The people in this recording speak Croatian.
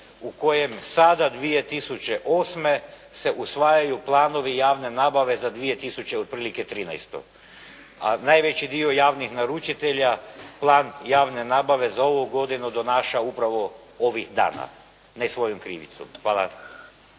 u kojem sada 2008. se usvajaju planovi javne nabave za 2013., a najveći dio javnih naručitelja plan javne nabave za ovu godinu donaša upravo ovih dana. Ne svojom krivicom. Hvala.